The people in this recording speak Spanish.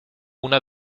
una